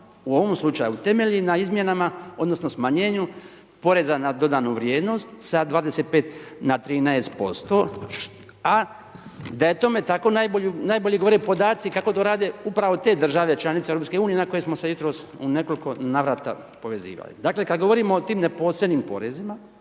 u ovom slučaju temelji na izmjenama, odnosno smanjenju poreza na dodanu vrijednost sa 25 na 13%, a da je tome tako najbolje govore podaci kako to rade upravo te države članice EU na koje smo se jutros u nekoliko navrata povezivali. Dakle kad govorimo o tim neposrednim porezima,